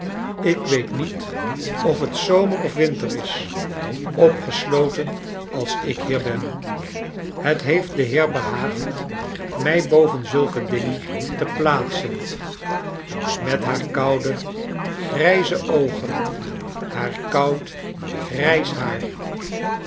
ik weet niet of bet zomer of winter is opgesloten als ik bier ben het beeft den heer behaagd mij boven zulke dingen te plaatsen met baar koude grijzo oc rem baar koud grijs baar